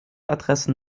adressen